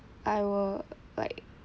I will like